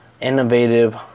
innovative